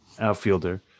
outfielder